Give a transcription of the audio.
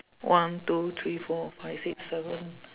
one two three four five six seven